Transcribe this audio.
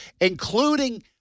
including